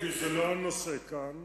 כי זה לא הנושא כאן,